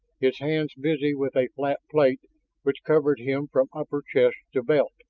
his hands busy with a flat plate which covered him from upper chest to belt.